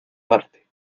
darte